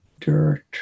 dirt